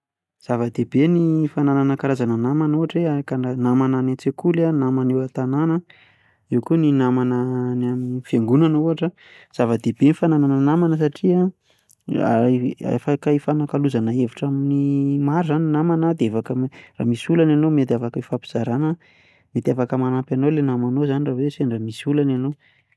Zava-dehibe ny fananana karazana namana ohatra hoe hak- namana any an-tsekoly, eo koa ilay hoe namana eo an-tànana, eo koa ny namana eny amin'ny fiangonana ohatra, zava-dehibe ny fananana namana satria, afaka hifanakalozana hevitra amin'ny maro izany ny namana, raha misy olana ianao mety afaka hifampizarana mety afaka manampy anao ilay namanao izany raha sendra misy olana ianao.